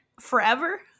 forever